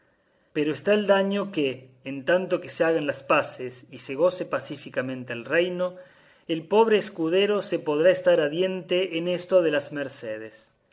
pero está el daño que en tanto que se hagan las paces y se goce pacíficamente el reino el pobre escudero se podrá estar a diente en esto de las mercedes